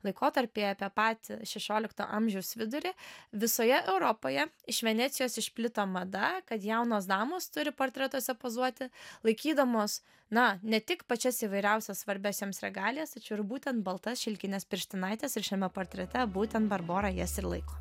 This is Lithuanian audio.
laikotarpyje apie patį šešiolikto amžiaus vidurį visoje europoje iš venecijos išplito mada kad jaunos damos turi portretuose pozuoti laikydamos na ne tik pačias įvairiausias svarbias jiems regalijas tačiau ir būtent baltas šilkines pirštinaites ir šiame portrete būtent barbora jas ir laiko